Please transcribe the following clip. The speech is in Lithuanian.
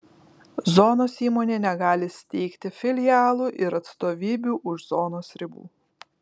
zonos įmonė negali steigti filialų ir atstovybių už zonos ribų